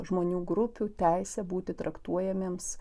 žmonių grupių teisę būti traktuojamiems